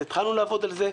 והתחלנו לעבוד על זה,